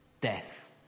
death